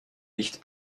nicht